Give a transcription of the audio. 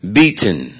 beaten